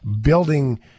building